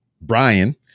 Brian